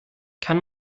kann